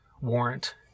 Warrant